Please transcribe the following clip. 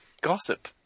gossip